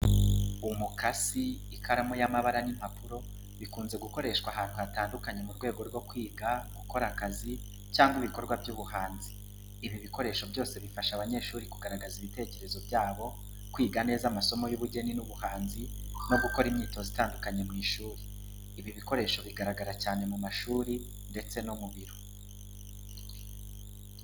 Umukasi, ikaramu y'amabara n’impapuro bikunze gukoreshwa ahantu hatandukanye mu rwego rwo kwiga, gukora akazi, cyangwa ibikorwa by’ubuhanzi. Ibi bikoresho byose bifasha abanyeshuri kugaragaza ibitekerezo byabo, kwiga neza amasomo y’ubugeni n’ubuhanzi, no gukora imyitozo itandukanye mu ishuri. Ibi bikoresho bigaragara cyane mu mashuri ndetse no mu biro.